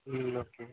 ம் ஓகே